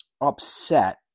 upset